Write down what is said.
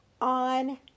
On